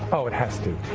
oh, it has to.